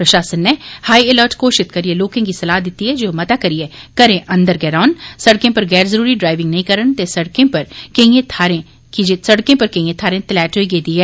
प्रशासन नै हाई अर्लट घोषित करियै लोकें गी सलाह दित्ती ऐ जे ओ मता करियै घटैं अंदर गै रौहन सड़कें पर गैर जरूरी डराइविंग नेईं करन की जे सड़कें पर केइए थाहरें तलैट होई गेदी ऐ